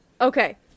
Okay